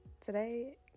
Today